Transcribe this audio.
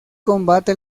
combate